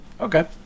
Okay